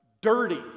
Dirty